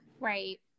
Right